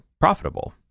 profitable